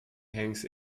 hangs